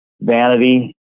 vanity